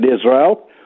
Israel